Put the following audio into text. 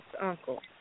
uncle